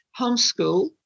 homeschool